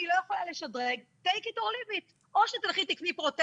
ואני לא יכולה לשדרג: take it or leave it או שתלכי לקנות פרוטזה